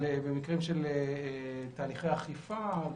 במקרים של תהליכי אכיפה,